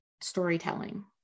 storytelling